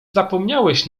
zapomniałeś